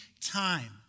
time